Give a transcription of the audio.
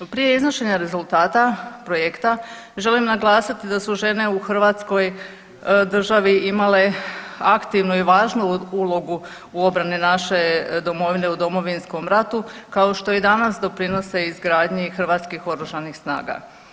Prije iznošenja rezultata projekta želim naglasiti da su žene u Hrvatskoj državi imale aktivnu i važnu ulogu u obrani naše domovine u Domovinskom ratu kao što i danas doprinose izgradnji Hrvatskih oružanih snaga.